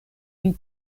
pri